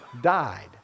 died